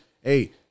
hey